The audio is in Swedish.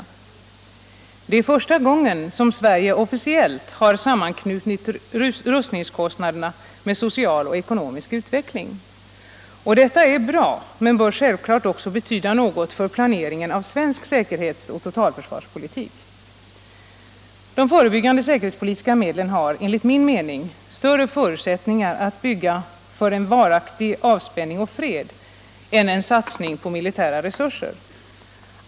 Det är första gången som Sverige officiellt har sammanknutit rustningskostnaderna med social och ekonomisk utveckling. Detta är bra, men bör självklart också betyda något för planeringen av svensk säkerhets och totalförsvarspolitik. De förebyggande säkerhetspolitiska medlen har, enligt min mening, större förutsättningar att bygga för en varaktig avspänning och fred än satsning på militära resurser.